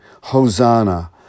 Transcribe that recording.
Hosanna